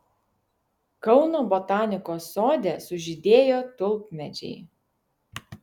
kauno botanikos sode sužydėjo tulpmedžiai